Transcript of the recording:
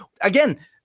again